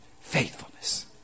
faithfulness